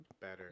better